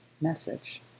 message